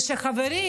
ושהחברים,